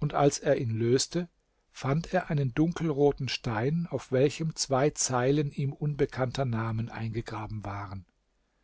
und als er ihn löste fand er einen dunkelroten stein auf welchem zwei zeilen ihm unbekannter namen eingegraben waren